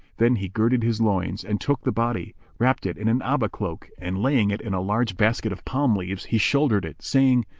then he girded his loins and took the body, wrapped it in an aba-cloak and, laying it in a large basket of palm-leaves, he shouldered it saying,